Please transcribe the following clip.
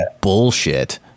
bullshit